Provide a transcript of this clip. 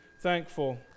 thankful